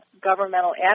governmental